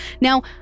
Now